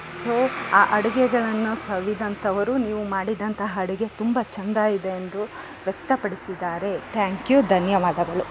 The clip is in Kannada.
ಸೋ ಆ ಅಡುಗೆಗಳನ್ನು ಸವಿದಂಥವರು ನೀವು ಮಾಡಿದಂಥ ಅಡುಗೆ ತುಂಬ ಚಂದ ಇದೆ ಎಂದು ವ್ಯಕ್ತಪಡಿಸಿದಾರೆ ತ್ಯಾಂಕ್ ಯು ಧನ್ಯವಾದಗಳು